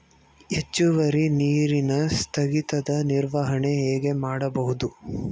ಹೆಚ್ಚುವರಿ ನೀರಿನ ಸ್ಥಗಿತದ ನಿರ್ವಹಣೆ ಹೇಗೆ ಮಾಡಬಹುದು?